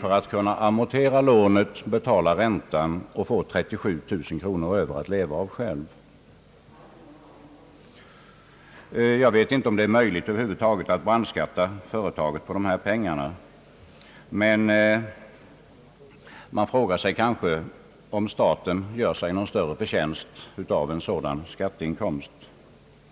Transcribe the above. för att klara amorteringen och räntan och dessutom få 37 000 kvar att leva av. Jag vet inte om det är möjligt att över huvud taget brandskatta företaget på dessa pengar. Under alla förhållanden frågar man sig, om staten gör någon större förtjänst på en sådan skatteinkomst.